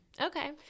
Okay